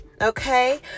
Okay